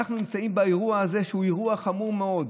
אנחנו נמצאים באירוע חמור מאוד.